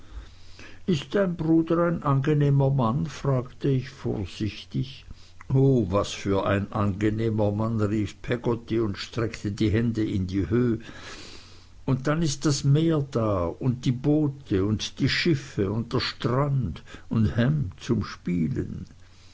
ist dein bruder ein angenehmer mann fragte ich vorsichtig o was für ein angenehmer mann rief peggotty und streckte die hände in die höhe und dann ist das meer da und die boote und die schiffe und der strand und ham zum spielen